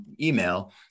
email